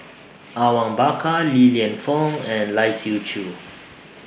Awang Bakar Li Lienfung and Lai Siu Chiu